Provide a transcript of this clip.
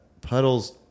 puddles